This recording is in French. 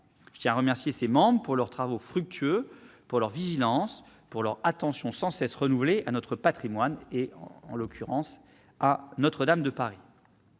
Je tiens à remercier ses membres de leurs travaux fructueux, de leur vigilance et de leur attention sans cesse renouvelée à notre patrimoine et, en l'occurrence, à la cathédrale.